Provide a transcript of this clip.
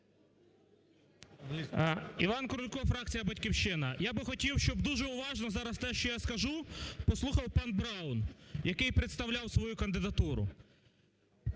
Іван Крулько, фракція "Батьківщина". Я би хотів, щоб дуже уважно зараз те, що я скажу, послухав пан Браун, який представляв свою кандидатуру.